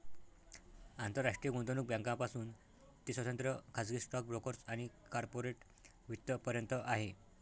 आंतरराष्ट्रीय गुंतवणूक बँकांपासून ते स्वतंत्र खाजगी स्टॉक ब्रोकर्स आणि कॉर्पोरेट वित्त पर्यंत आहे